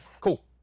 Cool